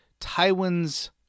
Tywin's